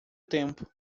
tempo